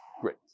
Great